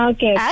Okay